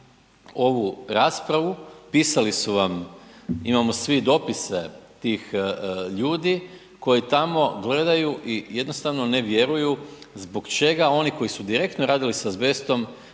ovu raspravu, pisali su vam, imamo svi dopise tih ljudi koji tamo gledaju i jednostavno ne vjeruju zbog čega oni koji su direktno radili s azbestom